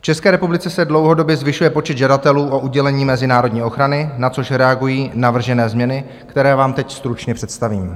V České republice se dlouhodobě zvyšuje počet žadatelů o udělení mezinárodní ochrany, na což reagují navržené změny, které vám teď stručně představím.